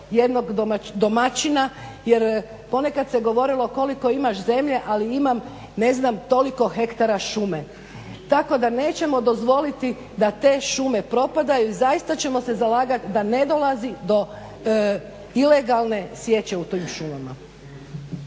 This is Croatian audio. jednog domaćina jer ponekad se govorilo koliko imaš zemlje, ali imam ne znam toliko hektara šume. Tako da nećemo dozvoliti da te šume propadaju, zaista ćemo se zalagati da ne dolazi do ilegalne sječe u tim šumama.